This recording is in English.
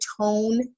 tone